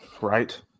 right